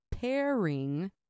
pairing